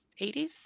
80s